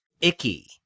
icky